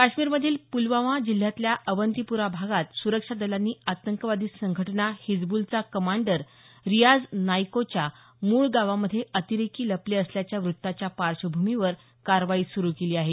काश्मीरमधील प्लवामा जिल्ह्यातील अवंतिप्रा भागात स्रक्षादलांनी आतंकवादी संघटना हिजब्रलचा कमांडर रियाज नाईकोच्यामूळ गावामध्ये अतिरेकी लपले असल्याच्या वृत्ताच्या पार्श्वभूमीवर कारवाई सुरू केली आहे